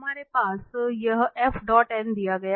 तो हमारे पास यह दिया गया है